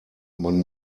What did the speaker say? man